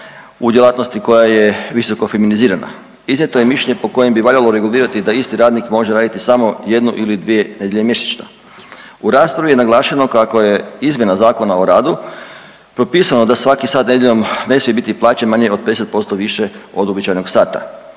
u djelatnosti koja je visoko feminizirana. Iznijeto je mišljenje po kojem bi valjalo regulirati da isti radnik može raditi samo jednu ili dvije nedjelje mjesečno. U raspravi je naglašeno kako je izmjena Zakona o radu propisanom da svaki sat nedjeljom ne smije biti plaćen manje od 50% više od uobičajenog sata.